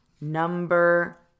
number